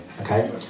Okay